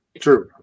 true